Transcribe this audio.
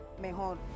mejor